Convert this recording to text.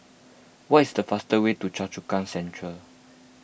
what is the fastest way to Choa Chu Kang Central